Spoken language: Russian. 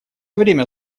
время